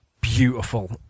beautiful